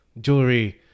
jewelry